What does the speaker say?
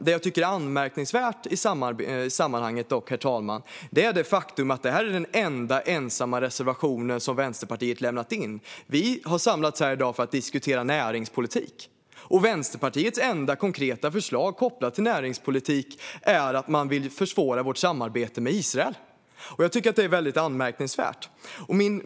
Det jag dock tycker är anmärkningsvärt i sammanhanget är det faktum att detta är den enda reservation som Vänsterpartiet har. Vi har samlats här i dag för att diskutera näringspolitik, och Vänsterpartiets enda konkreta förslag kopplat till näringspolitik handlar om att man vill försvåra vårt samarbete med Israel. Jag tycker att det är väldigt anmärkningsvärt.